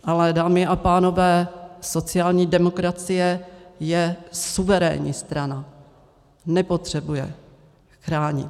Ale dámy a pánové, sociální demokracie je suverénní strana, nepotřebuje chránit.